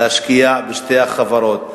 להשקיע בשתי החברות,